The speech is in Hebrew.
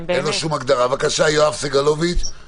אם נפתחים 15 קניונים מתוך 220,